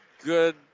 good